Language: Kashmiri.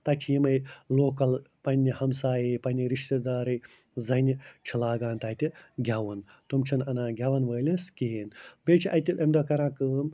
تَتہِ چھِ یِمَے لوکَل پَنٛنہِ ہمسایہِ پَنٛنہِ رِشتہٕ دارٕے زَنہِ چھِ لاگان تَتہِ گٮ۪وُن تِم چھِنہٕ اَنان گٮ۪وَن وٲلِس کِہیٖنۍ بیٚیہِ چھِ اَتہِ اَمہِ دۄہ کران کٲم